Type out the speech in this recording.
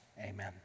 amen